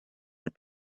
the